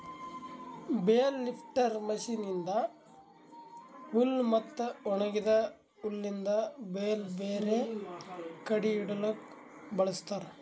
bale lifter machine ಇಂದಾ ಹುಲ್ ಮತ್ತ ಒಣಗಿದ ಹುಲ್ಲಿಂದ್ ಬೇಲ್ ಬೇರೆ ಕಡಿ ಇಡಲುಕ್ ಬಳ್ಸತಾರ್